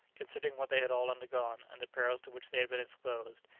considering what they had all undergone, and the perils to which they had been exposed,